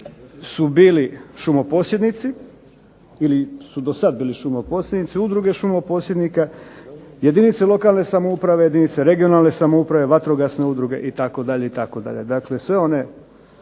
su bili šumoposjednici ili su dosad bili šumoposjednici Udruge šumoposjednika, jedinice lokalne samouprave, jedinice regionalne samouprave, vatrogasne udruge itd.